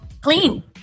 Clean